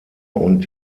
und